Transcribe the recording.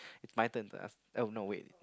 it's my turn first oh no wait